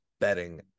betting